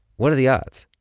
what are the odds?